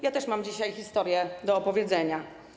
Ja też mam dzisiaj historię do opowiedzenia.